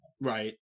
right